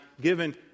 given